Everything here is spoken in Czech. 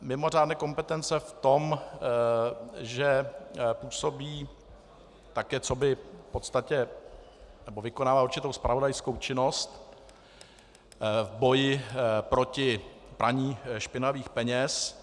Mimořádné kompetence v tom, že působí také coby v podstatě nebo vykonává určitou zpravodajskou činnost v boji proti praní špinavých peněz.